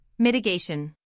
Mitigation